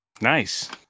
nice